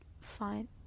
fine